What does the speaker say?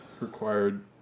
required